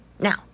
Now